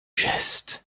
geste